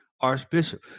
Archbishop